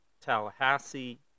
Tallahassee